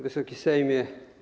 Wysoki Sejmie!